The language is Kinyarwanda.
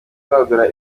kwagura